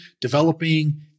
developing